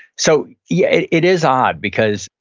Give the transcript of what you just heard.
so, yeah, it it is odd, because,